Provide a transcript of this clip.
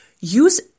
use